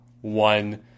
one